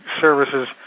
services